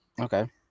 Okay